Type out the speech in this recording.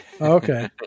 Okay